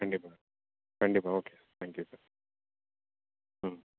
கண்டிப்பாக கண்டிப்பாக okay sir thank you sir ம்